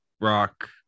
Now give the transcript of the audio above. rock